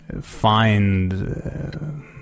find